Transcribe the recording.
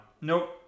nope